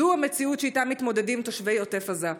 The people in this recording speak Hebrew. זו המציאות שאיתה מתמודדים תושבי עוטף עזה.